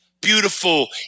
beautiful